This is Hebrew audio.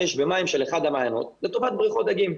במים של אחד המעיינות לטובת בריכות דגים,